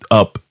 up